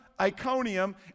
Iconium